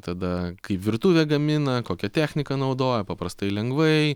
tada kaip virtuvė gamina kokią techniką naudoja paprastai lengvai